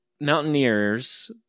mountaineers